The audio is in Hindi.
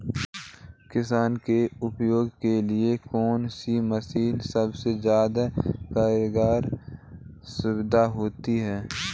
किसान के उपयोग के लिए कौन सी मशीन सबसे ज्यादा कारगर साबित होती है?